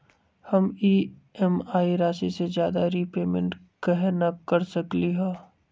हम ई.एम.आई राशि से ज्यादा रीपेमेंट कहे न कर सकलि ह?